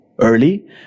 early